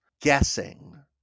guessing